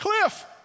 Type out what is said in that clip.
cliff